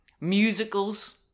Musicals